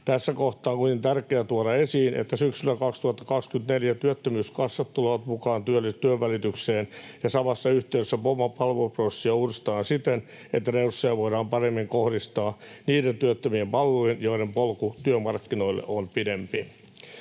Tässä kohtaa on kuitenkin tärkeää tuoda esiin, että syksyllä 2024 työttömyyskassat tulevat mukaan työnvälitykseen, ja samassa yhteydessä työnhakijoiden palveluprosessia uudestaan siten, että resursseja voidaan paremmin kohdistaa niiden työttömien palveluihin, joiden polku työmarkkinoille on pidempi.